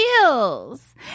Feels